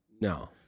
No